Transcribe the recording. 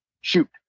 shoot